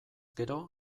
gero